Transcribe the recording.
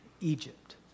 Egypt